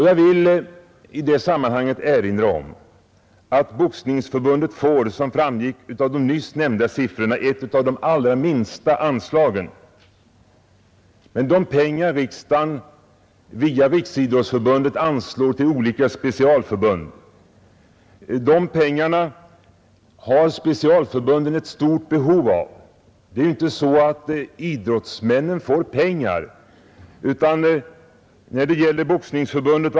Jag vill i det sammanhanget erinra om att Boxningsförbundet, som också framgick av de nyss nämnda siffrorna, får ett av de allra minsta anslagen. Men de pengar riksdagen via Riksidrottsförbundet anslår till olika specialförbund har specialförbunden ett stort behov av. Det är inte så att idrottsmännen får pengar.